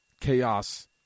chaos